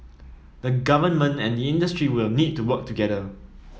the Government and the industry will need to work together